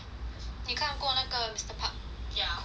你看过那个 mister park cook right